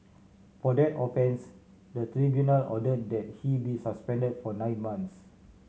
for that offence the tribunal ordered that he be suspended for nine months